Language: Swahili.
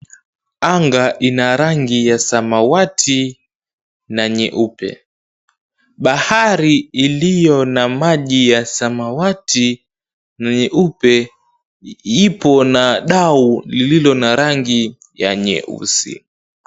Anga ina rangi ya samawati na nyeupe. Bahari iliyo na maji ya samawati nyeupe ipo na dau lililo na rangi ya nyeusi.